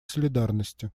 солидарности